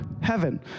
heaven